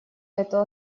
эту